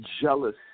Jealous